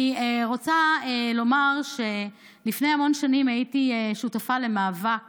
אני רוצה לומר שלפני המון שנים הייתי שותפה למאבק